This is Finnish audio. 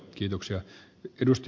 herra puhemies